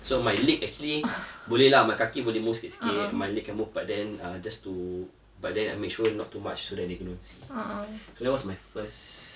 so my leg actually boleh lah my leg can move but then err just to but then I make sure not too much so that they couldn't see so that was my first